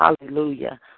Hallelujah